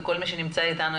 וכל מי שנמצא איתנו,